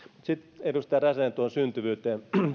sitten edustaja räsänen tuohon syntyvyyteen